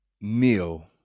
meal